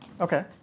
Okay